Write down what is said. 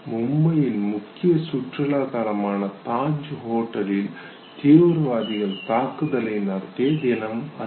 மும்பையின் முக்கிய சுற்றுலாத்தலமான தாஜ் ஹோட்டலில் தீவிரவாதிகள் தாக்குதலை நடத்திய தினம் அது